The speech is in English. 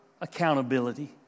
accountability